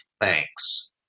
thanks